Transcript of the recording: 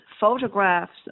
photographs